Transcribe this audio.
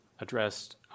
addressed